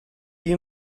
you